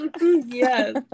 Yes